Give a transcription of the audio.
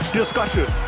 discussion